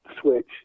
switch